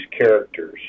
characters